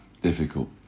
Difficult